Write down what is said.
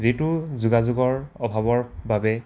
যিটো যোগাযোগৰ অভাৱৰ বাবে